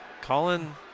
Colin